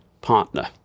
partner